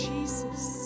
Jesus